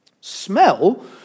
smell